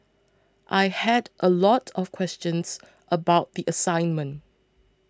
I had a lot of questions about the assignment